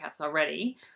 already